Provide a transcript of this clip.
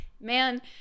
man